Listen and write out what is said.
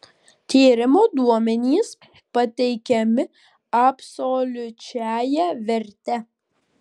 tyrimo duomenys pateikiami absoliučiąja verte